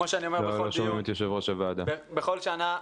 בכל שנה,